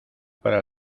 para